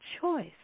choice